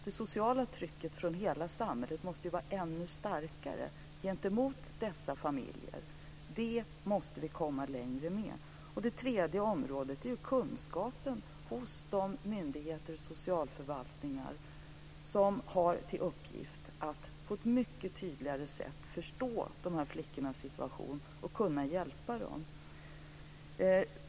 Det sociala trycket från hela samhället måste vara ännu starkare gentemot dessa familjer. Det måste vi komma längre med. Det tredje området är kunskapen hos de myndigheter och socialförvaltningar som har till uppgift att på ett mycket tydligare sätt förstå de här flickornas situation och kunna hjälpa dem.